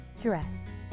dress